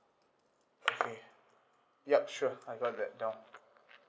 okay yup sure I got that down